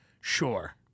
Sure